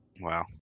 Wow